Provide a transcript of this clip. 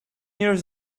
year